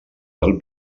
del